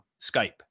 Skype